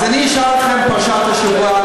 אז אני אשאל אתכם על פרשת השבוע.